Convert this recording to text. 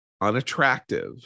unattractive